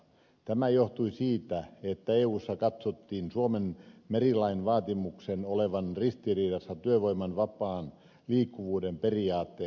tämä johtui siitä että eussa katsottiin suomen merilain vaatimuksen olevan ristiriidassa työvoiman vapaan liikkuvuuden periaatteen kanssa